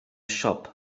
siop